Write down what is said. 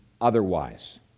otherwise